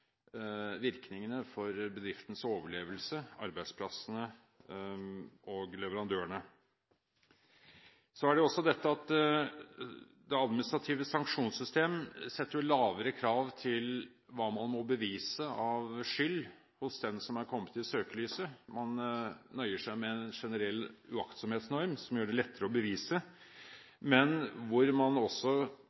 virkningene for bedriftens overlevelse, arbeidsplassene og leverandørene. Det administrative sanksjonssystemet setter lavere krav til hva man må bevise av skyld hos den som er kommet i søkelyset. Man nøyer seg med en generell uaktsomhetsnorm som gjør det lettere å bevise skyld, men hvor man også